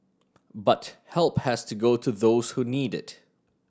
but help has to go to those who need it